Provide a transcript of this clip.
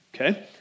okay